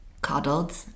coddled